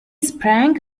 sprang